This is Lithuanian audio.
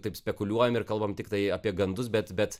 taip spekuliuojam ir kalbam tiktai apie gandus bet bet